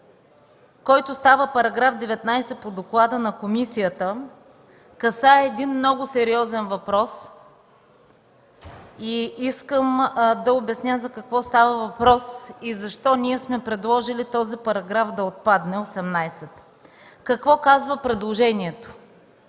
който става § 19 по доклада на комисията, касае много сериозен въпрос и искам да обясня за какво става въпрос и защо ние сме предложили този § 18 да отпадне. Какво казва предложението